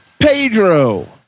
Pedro